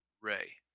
Ray